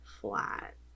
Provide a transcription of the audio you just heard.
flat